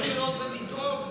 והמחויבות שלו היא לדאוג לכך.